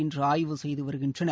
இன்று ஆய்வு செய்து வருகின்றனர்